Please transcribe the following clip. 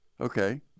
okay